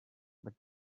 but